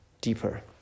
deeper